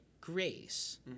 grace